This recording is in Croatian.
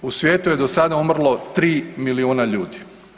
U svijetu je do sada umrlo 3 milijuna ljudi.